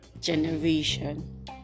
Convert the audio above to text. generation